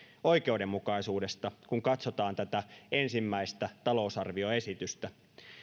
oikeudenmukaisuudesta kun katsotaan tätä ensimmäistä talousarvioesitystä